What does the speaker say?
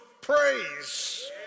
praise